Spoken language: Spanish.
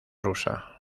rusa